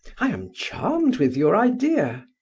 i am charmed with your idea.